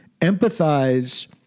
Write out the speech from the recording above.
empathize